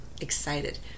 excited